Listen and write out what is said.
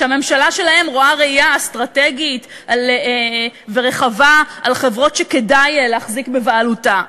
שהממשלה שלהם רואה ראייה אסטרטגית ורחבה על חברות שכדאי להחזיק בבעלותה,